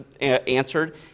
answered